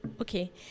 Okay